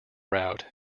route